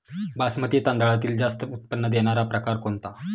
बासमती तांदळातील जास्त उत्पन्न देणारा प्रकार कोणता?